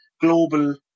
global